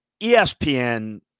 ESPN –